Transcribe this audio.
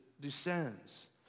descends